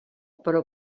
però